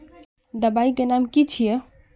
दबाई के नाम की छिए?